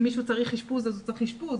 אם מישהו צריך אשפוז אז הוא צריך אשפוז,